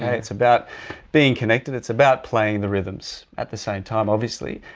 it's about being connected, it's about playing the rhythms at the same time obviously,